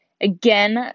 again